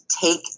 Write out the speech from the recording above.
take